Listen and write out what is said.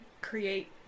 create